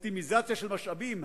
אופטימיזציה של משאבים,